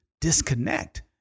disconnect